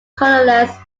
colorless